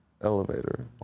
elevator